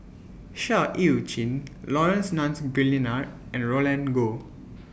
Seah EU Chin Laurence Nunns and Guillemard and Roland Goh